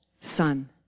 son